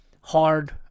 Hard